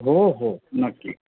हो हो नक्की